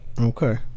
Okay